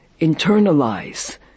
internalize